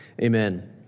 amen